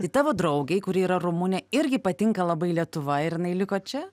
tai tavo draugei kuri yra rumunė irgi patinka labai lietuva ir jinai liko čia